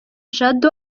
jado